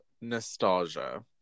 nostalgia